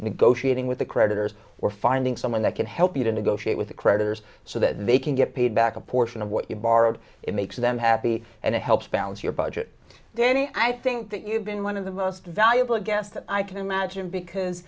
negotiating with the creditors were finding someone that can help you to negotiate with the creditors so that they can get paid back a portion of what you borrowed it makes them happy and it helps balance your budget then i think that you've been one of the most valuable aghast that i can imagine because